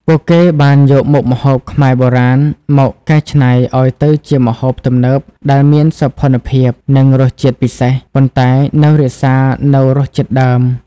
ពួកគេបានយកមុខម្ហូបខ្មែរបុរាណមកកែច្នៃឲ្យទៅជាម្ហូបទំនើបដែលមានសោភ័ណភាព និងរសជាតិពិសេស ប៉ុន្តែនៅរក្សានូវរសជាតិដើម។